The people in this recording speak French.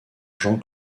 jean